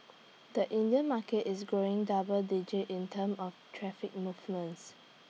the Indian market is growing double digit in terms of traffic movements